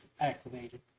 activated